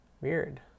Weird